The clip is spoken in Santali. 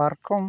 ᱯᱟᱨᱠᱚᱢ